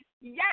yes